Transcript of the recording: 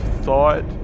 thought